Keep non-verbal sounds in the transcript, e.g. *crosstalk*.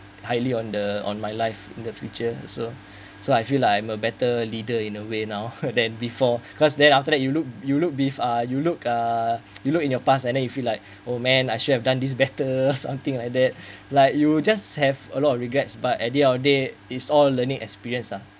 highly on the on my life in the future also so I feel I'm a better leader in a way now *laughs* than before cause then after that you look you look beef uh you look uh you look in your past and then you feel like oh man I should have done this better something like that like you will just have a lot of regrets but at the end of the day is all learning experience uh